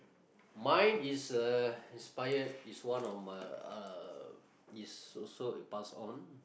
mine is uh inspired is one of my uh is also passed on